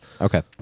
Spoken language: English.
okay